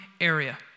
area